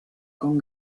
con